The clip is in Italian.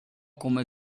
come